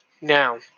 now